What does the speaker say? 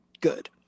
good